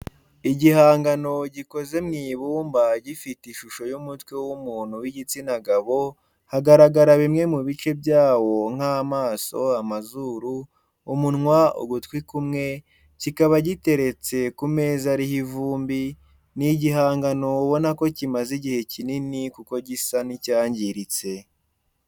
Igihangano gikoze mu ibumba gifite ishusho y'umutwe w'umuntu w'igitsina gabo hagaragara bimwe mu bice byawo nk'amaso amazuru, umunwa ugutwi kumwe kikaba giteretse ku meza ariho ivumbi ni igihangano ubona ko kimaze igihe kinini kuko gisa n'icyangiritse